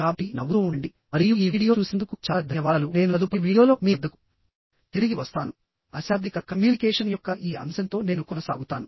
కాబట్టినవ్వుతూ ఉండండి మరియు ఈ వీడియో చూసినందుకు చాలా ధన్యవాదాలు నేను తదుపరి వీడియోలో మీ వద్దకు తిరిగి వస్తాను అశాబ్దిక కమ్యూనికేషన్ యొక్క ఈ అంశంతో నేను కొనసాగుతాను